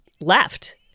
left